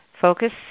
Focus